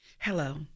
Hello